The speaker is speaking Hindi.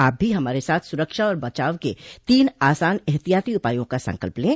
आप भी हमारे साथ सुरक्षा और बचाव के तीन आसान एहतियाती उपायों का संकल्प लें